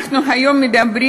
אנחנו מדברים